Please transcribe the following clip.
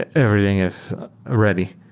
everything is ready.